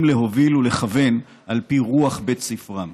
שהם יודעים להוביל ולכוון על פי רוח בית ספרם.